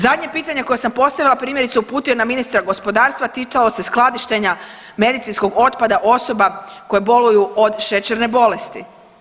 Zadnje pitanje koje sam postavila primjerice uputio je na ministra gospodarstva, a ticalo se skladištenja medicinskog otpada osoba koje boluju od šećerne bolesti.